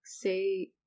say